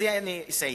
ובזה אסיים: